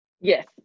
Yes